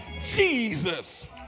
Jesus